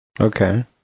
Okay